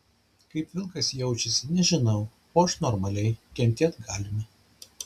kaip vilkas jaučiasi nežinau o aš normaliai kentėt galima